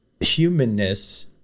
humanness